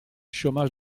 chômage